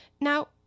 Now